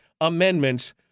amendments